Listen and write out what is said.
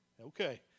Okay